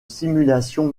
simulation